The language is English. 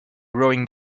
rowing